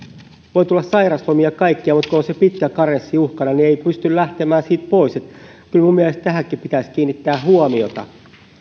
voi tulla sairauslomia kaikkia mutta kun on se pitkä karenssi uhkana niin ei pysty lähtemään sieltä pois kyllä minun mielestäni tähänkin pitäisi kiinnittää huomiota kun